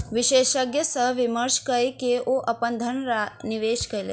विशेषज्ञ सॅ विमर्श कय के ओ अपन धन निवेश कयलैन